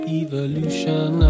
evolution